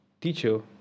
teacher